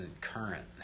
current